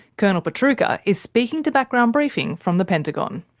colonel pietrucha is speaking to background briefing from the pentagon.